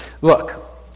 look